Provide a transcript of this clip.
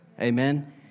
Amen